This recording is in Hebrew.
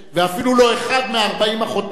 ואפילו לא אחד מ-40 החותמים.